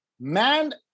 man